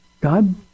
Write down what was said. God